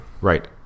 right